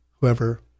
whoever